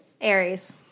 Aries